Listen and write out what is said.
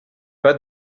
pas